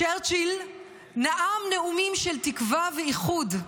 צ'רצ'יל נאם נאומים של תקווה ואיחוד,